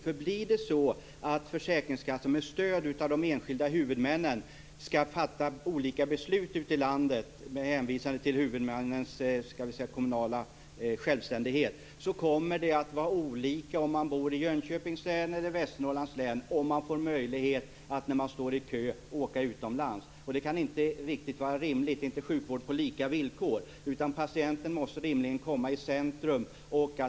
Om det blir så att försäkringskassor skall fatta olika beslut ute landet med hänvisning till huvudmännens kommunala självständighet, kommer det att vara olika om man bor i Jönköpings län eller Västernorrlands län när det gäller möjligheten att åka utomlands när man står i kö. Det kan inte vara rimligt. Det är inte sjukvård på lika villkor. Patienten måste rimligen sättas i centrum.